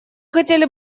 хотели